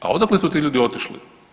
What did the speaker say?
A odakle su ti ljudi otišli.